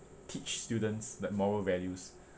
teach students like moral values